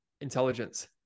intelligence